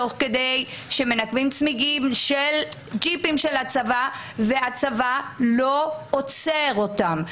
תוך כדי שמנקבים צמידים של ג'יפים של הצבא והצבא לא עוצר אותם.